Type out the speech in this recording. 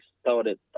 started